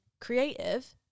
creative